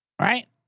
Right